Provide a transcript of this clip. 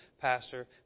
Pastor